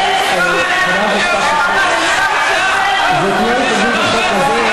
חברת הכנסת סתיו שפיר,